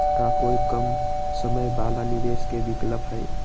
का कोई कम समय वाला निवेस के विकल्प हई?